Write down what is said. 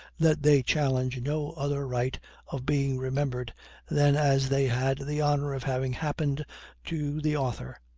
that they challenge no other right of being remembered than as they had the honor of having happened to the author,